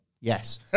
Yes